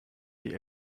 die